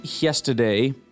yesterday